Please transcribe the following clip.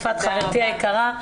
יפעת חברתי היקרה.